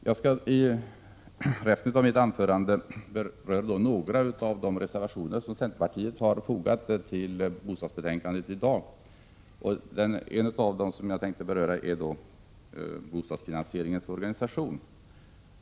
Jag skall under resten av mitt anförande beröra några av de reservationer som centerpartiet fogat till bostadsutskottets betänkande. En handlar om bostadsfinansieringens organisation.